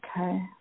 Okay